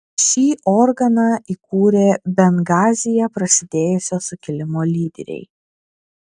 šį organą įkūrė bengazyje prasidėjusio sukilimo lyderiai